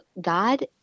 God